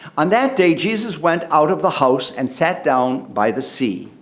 on that day jesus went out of the house and sat down by the sea.